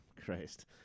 Christ